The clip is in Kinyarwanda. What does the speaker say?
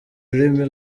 ururimi